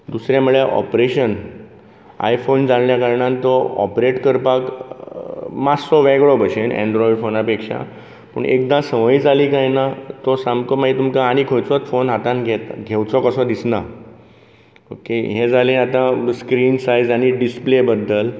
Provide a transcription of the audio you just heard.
दुसरे म्हणल्यार operation iPhone जाल्ले कारणान तो ऑपरेट करपाक मात्सो वेगळो भशेन ऍंडरोयड फॉना पेक्षा पूण एकदा सवय जाली कांय ना सामको मागीर तुमकां आनी खंयचोच फोन हातान घेत घेवचो कसो दिसना ओके हे जाले आतां स्क्रिन सायज आनी डिसप्ले बद्दल